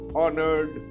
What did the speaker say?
honored